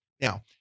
Now